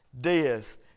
death